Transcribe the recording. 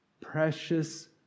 precious